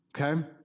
Okay